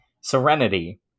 Serenity